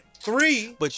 three